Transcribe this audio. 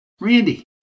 Randy